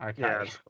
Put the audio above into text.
okay